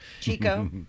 chico